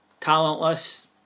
talentless